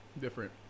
Different